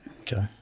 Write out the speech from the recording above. Okay